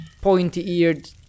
pointy-eared